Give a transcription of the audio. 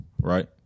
right